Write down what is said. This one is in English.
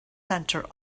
center